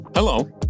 Hello